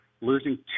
losing